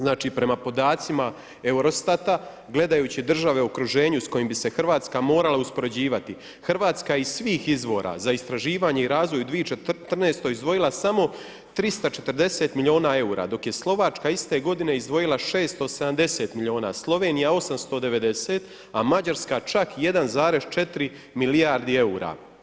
Znači prema podacima EUROSTAT-a, gledajući države u okruženju s kojim bi se Hrvatska morala uspoređivati, Hrvatska iz svih izvora za istraživanje i razvoj u 2014. izdvojila samo 340 milijuna eura dok je Slovačka iste godine izdvojila 670 milijuna, Slovenija 890, a Mađarska čak 1,4 milijardi eura.